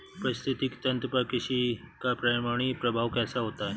पारिस्थितिकी तंत्र पर कृषि का पर्यावरणीय प्रभाव कैसा होता है?